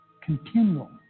continual